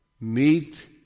meet